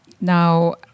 now